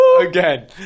again